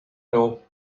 know